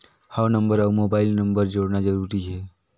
हव नंबर अउ mobile number जोड़ना जरूरी हे?